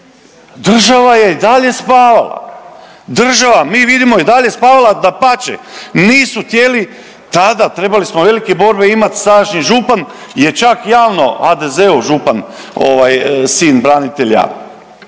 država je i dalje spavala. Država, mi vidimo i dalje, spavala, dapače, nisu htjeli, tada, trebali smo velike borbe imati, sadašnji župan je čak javno, HDZ-ov župan ovaj, sin branitelja